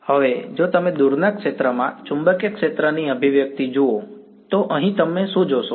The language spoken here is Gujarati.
હવે જો તમે દૂરના ક્ષેત્રમાં ચુંબકીય ક્ષેત્રની અભિવ્યક્તિ જુઓ તો અહીં તમે શું જોશો